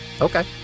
Okay